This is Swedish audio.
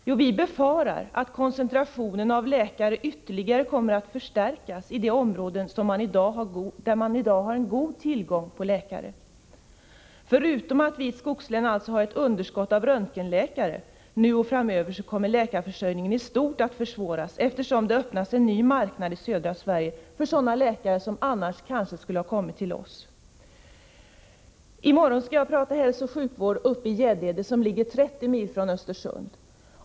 Jo, vi befarar att koncentrationen av läkare ytterligare kommer att förstärkas i de områden där man i dag har god tillgång på läkare. Förutom att vi i ett skogslän alltså kommer att ha underskott på röntgenläkare nu och framöver, så kommer läkarförsörjningen i stort att försvåras, eftersom det öppnas en ny marknad i södra Sverige för sådana läkare som annars kanske skulle ha kommit till oss. I morgon skall jag prata hälsooch sjukvård uppe i Gäddede, som ligger 30 mil från Östersund.